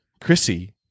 Chrissy